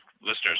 listeners